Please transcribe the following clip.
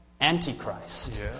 ...Antichrist